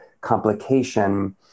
complication